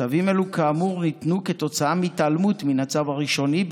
צווים אלו כאמור ניתנו כתוצאה מהתעלמות מן הצו הראשוני,